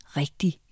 rigtig